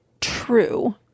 true